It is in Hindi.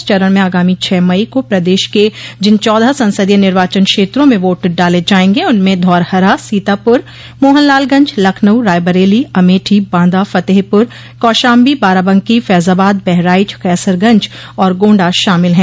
इस चरण में आगामी छह मई को प्रदेश के जिन चौदह संसदीय निर्वाचन क्षेत्रों में वोट डाले जाय गे उनमें धौरहरा सीतापुर मोहनलालगंज लखनऊ रायबरेली अमेठी बांदा फतेहपुर कौशाम्बी बाराबंकी फैज़ाबाद बहराइच कैसरगंज और गोण्डा शामिल हैं